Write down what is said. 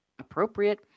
appropriate